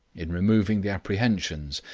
in removing the apprehensions,